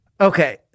Okay